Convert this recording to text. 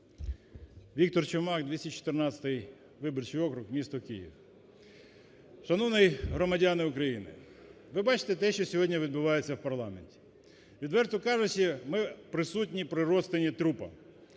Віктор Чумак, 214 виборчий округ, місто Київ. Шановні громадяни України, ви бачите те, що сьогодні відбувається в парламенті. Відверто кажучи, ми присутні при розтині трупа.